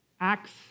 Acts